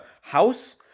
house